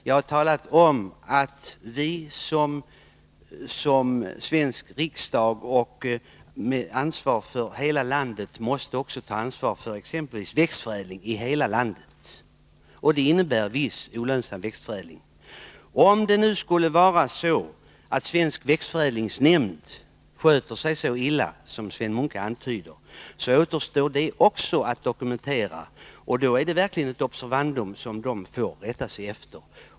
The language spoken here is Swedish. Jag har talat om att Sveriges riksdag, med ansvar för hela landet, måste ta ansvar också för exempelvis växtförädling i hela landet, och det innebär viss olönsam verksamhet. Att växtförädlingsnämnden sköter sig så illa som Sven Munke antyder återstår också att dokumentera. Om så skulle ske, vore det verkligen ett observandum som nämnden får rätta sig efter.